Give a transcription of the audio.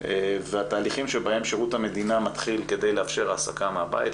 והתהליכים שבהם שירות המדינה מתחיל כדי לאפשר העסקה מהבית,